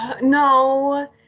No